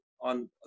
on